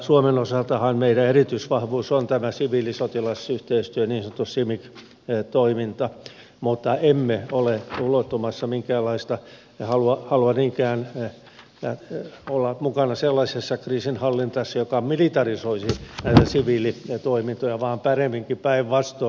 suomen osaltahan meidän erityisvahvuutemme on tämä siviili sotilas yhteistyö niin sanottu cimic toiminta mutta emme halua niinkään olla mukana sellaisessa kriisinhallinnassa joka militarisoisi näitä siviilitoimintoja vaan paremminkin päinvastoin